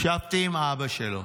ישבתי עם אבא שלו.